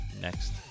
next